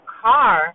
car